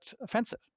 offensive